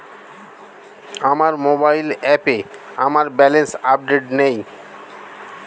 আমার মোবাইল অ্যাপে আমার ব্যালেন্স আপডেটেড নেই